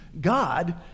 God